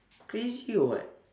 crazy or what